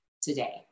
today